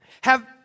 Have